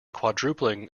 quadrupling